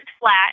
flat